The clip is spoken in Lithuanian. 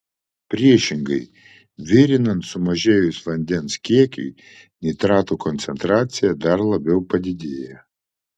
priešingai virinant sumažėjus vandens kiekiui nitratų koncentracija dar labiau padidėja